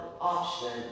option